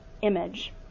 image